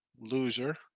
loser